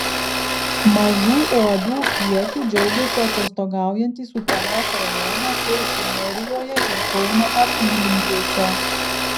mažu uodų kiekiu džiaugėsi atostogaujantys utenos rajone kuršių nerijoje ir kauno apylinkėse